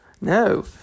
No